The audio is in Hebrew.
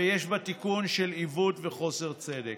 ויש בה תיקון של עיוות וחוסר צדק.